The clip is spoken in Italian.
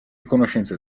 conoscenze